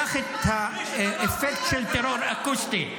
קח את האפקט של טרור אקוסטי.